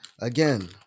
Again